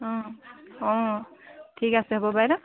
অঁ অঁ ঠিক আছে হ'ব বাইদেউ